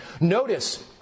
Notice